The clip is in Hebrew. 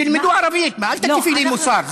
תלמדו ערבית, אל תטיפי לי מוסר.